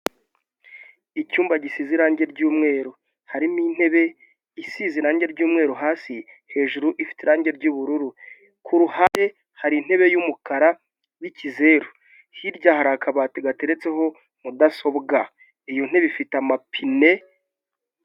Icyumba gisize irangi ry'umweru, harimo intebe isize irange ry'umweru hasi hejuru ifite irangi ry'ubururu, ku ruhande hari intebe y'umukara y'ikizeru, hirya hari akabati gateretseho mudasobwa iyo ntebe ifite amapine.